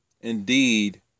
indeed